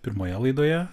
pirmoje laidoje